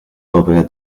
opera